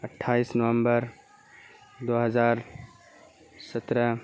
اٹھائیس نومبر دوہزار سترہ